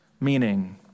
meaning